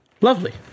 Lovely